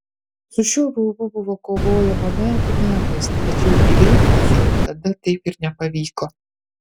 su šiuo baubu buvo kovojama metų metais tačiau įveikti jo tada taip ir nepavyko